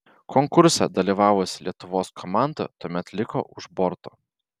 konkurse dalyvavusi lietuvos komanda tuomet liko už borto